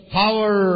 power